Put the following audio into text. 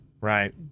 right